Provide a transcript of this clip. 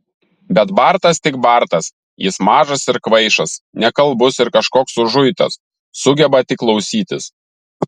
bet bartas tik bartas jis mažas ir kvaišas nekalbus ir kažkoks užuitas sugeba tik klausytis